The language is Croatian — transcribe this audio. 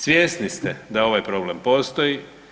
Svjesni ste da ovaj problem postoji.